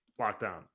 LOCKDOWN